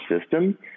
system